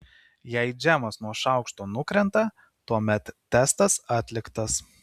jei džemas nuo šaukšto nukrenta tuomet testas atliktas